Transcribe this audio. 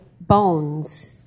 bones